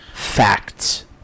Facts